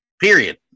Period